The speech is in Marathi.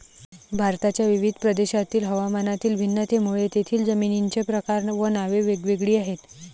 भारताच्या विविध प्रदेशांतील हवामानातील भिन्नतेमुळे तेथील जमिनींचे प्रकार व नावे वेगवेगळी आहेत